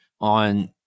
on